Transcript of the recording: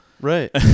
Right